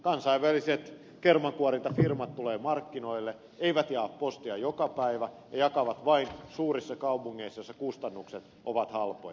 kansainväliset kermankuorintafirmat tulevat markkinoille eivät jaa postia joka päivä ja jakavat vain suurissa kaupungeissa joissa kustannukset ovat halpoja